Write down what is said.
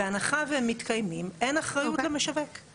בהנחה והם מתקיימים אין אחריות למשווק.